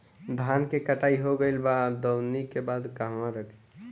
धान के कटाई हो गइल बा अब दवनि के बाद कहवा रखी?